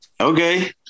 Okay